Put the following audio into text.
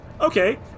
Okay